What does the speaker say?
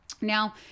Now